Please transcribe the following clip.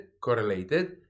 correlated